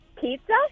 Pizza